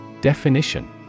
Definition